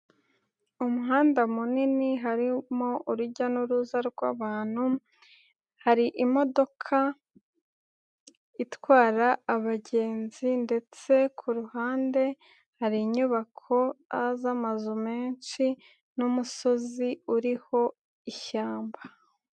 Umuhanda munini harimo urujya n'uruza rw'abantu, hari imodoka itwara abagenzi ndetse ku ruhande hari inyubako z'amazu menshi n'umusozi uriho ishyamba.